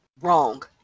wrong